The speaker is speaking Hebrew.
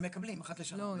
הם מקבלים אחת לשנה.